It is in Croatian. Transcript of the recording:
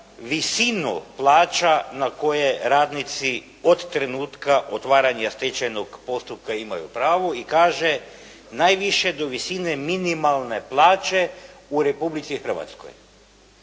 visinu plaća na koje radnici od trenutka otvaranja stečajnog postupka imaju pravo i kaže najviše do visine minimalne plaće u Republici Hrvatskoj.